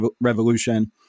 Revolution